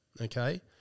Okay